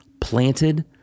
planted